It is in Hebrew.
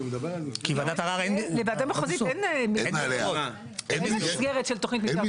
אין מסגרת.